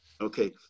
Okay